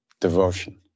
devotion